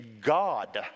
God